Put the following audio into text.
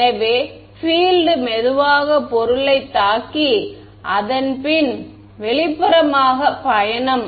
எனவே பிஎல்ட் மெதுவாக பொருளைத் தாக்கி அதன் பின் வெளிப்புறமாக பயணம்